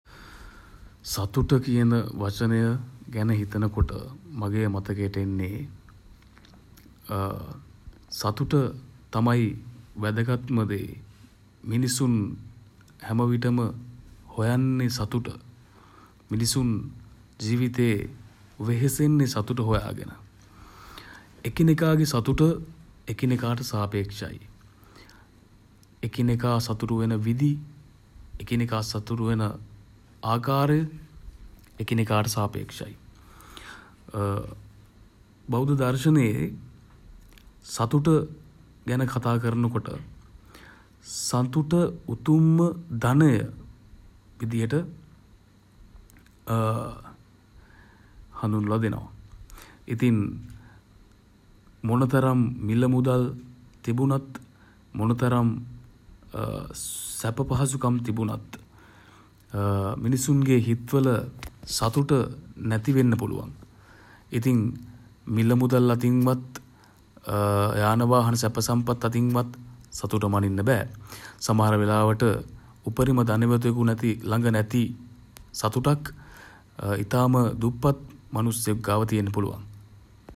සතුට කියන වචනය ගැන හිතන කොට මගේ මතකයට එන්නේ සතුට තමයි වැදගත්ම දේ. මිනිසුන් හැමවිටම හොයන්නේ සතුට. මිනිසුන් ජීවිතේ වෙහෙසෙන්නේ සතුට හොයාගෙන. එකිනෙකාගේ සතුට එකිනෙකාට සාපේක්ෂයි. එකිනෙකා සතුටු වෙන විධි එකිනෙකා සතුටු වෙන ආකාරය එකිනෙකාට සාපේක්ෂයි. බෞද්ධ දර්ශනයේ සතුට ගැන කතා කරන කොට සතුට උතුම්ම ධනය විදියට හඳුන්වලා දෙනවා. ඉතින් මොන තරම් මිළ මුදල් තිබුණත් මොන තරම් සැප පහසුකම් තිබුණත් මිනිසුන්ගේ හිත්වල සතුට නැති වෙන්න පුළුවන්. ඉතින් මිල මුදල් අතින්වත් යාන වාහන සැප සම්පත් අතින්වත් සතුට මනින්න බෑ. සමහර වෙලාවට උපරිම ධනවතෙකු ළග නැති සතුටක් ඉතාම දුප්පත් මනුස්සයෙක් ගාව තියෙන්න පුළුවන්.